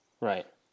Right